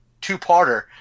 two-parter